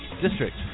district